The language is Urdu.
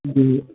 جی